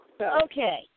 Okay